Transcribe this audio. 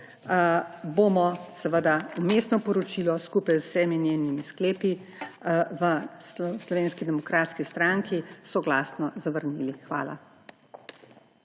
bomo seveda vmesno poročilo skupaj z vsemi njenimi sklepi v Slovenski demokratski stranki soglasno zavrnili. Hvala.